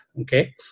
Okay